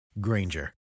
Granger